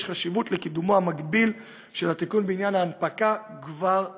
יש חשיבות לקידומו המקביל של התיקון בעניין ההנפקה כבר עתה.